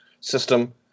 system